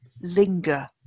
linger